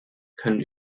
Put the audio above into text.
können